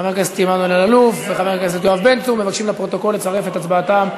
חבר הכנסת אלי אלאלוף וחבר הכנסת יואב בן צור מבקשים לצרף את הצבעתם,